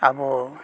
ᱟᱵᱚ